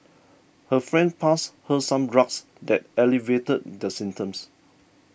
her friend passed her some drugs that alleviated the symptoms